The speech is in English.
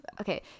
okay